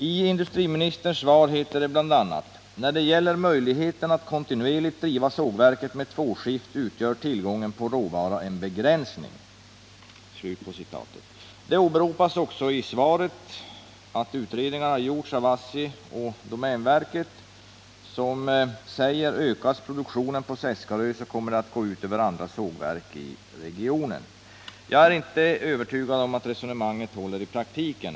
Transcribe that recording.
I industriministerns svar heter det bl.a.: ”När det gäller möjligheten att kontinuerligt driva sågverket med tvåskift utgör tillgången på råvara en begränsning.” Det åberopas i svaret utredningar som gjorts av ASSI och domänverket. Ökas produktionen på Seskarö kommer det att gå ut över andra sågverk i regionen, heter det. Jag är inte övertygad om att resonemanget håller i praktiken.